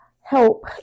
help